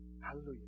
Hallelujah